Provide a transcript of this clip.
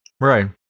Right